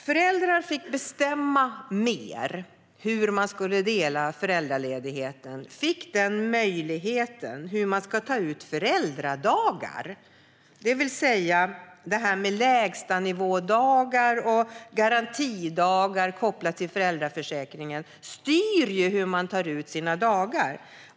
Föräldrar borde få bestämma mer hur de ska dela föräldraledigheten och få möjlighet att bestämma hur de vill ta ut föräldradagar. Lägstanivådagar och garantidagar i föräldraförsäkringen styr hur dagarna tas ut.